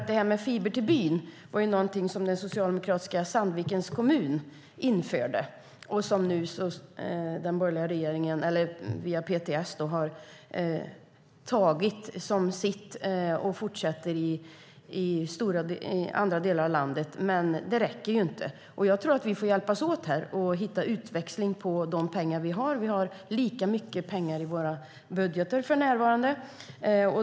Det här med Fiber till byn var något som socialdemokratiska Sandvikens kommun införde. Nu har den borgerliga regeringen, via PTS, tagit det som sitt och fortsätter i andra delar av landet, men det räcker inte. Jag tror att vi får hjälpas åt att hitta utväxling på de pengar vi har. Vi har lika mycket pengar i våra budgetar för närvarande.